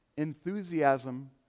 Enthusiasm